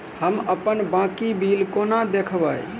हम अप्पन बाकी बिल कोना देखबै?